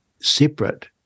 separate